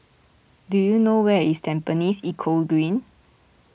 do you know where is Tampines Eco Green